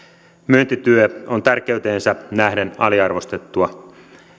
myyntityö on tärkeyteensä nähden aliarvostettua